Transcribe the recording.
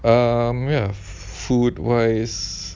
um ya food wise